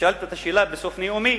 ושאלתי את השאלה, בסוף נאומי: